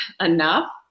enough